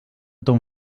ton